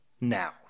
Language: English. now